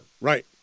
Right